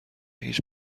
هیچ